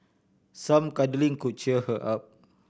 some cuddling could cheer her up